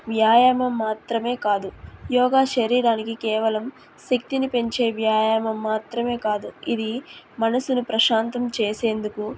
వ్యాయామం మాత్రమే కాదు యోగా శరీరానికి కేవలం శక్తిని పెంచే వ్యాయామం మాత్రమే కాదు ఇది మనసుని ప్రశాంతం చేసేందుకు